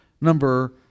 number